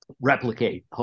replicate